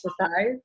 exercise